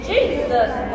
Jesus